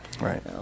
Right